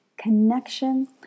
Connection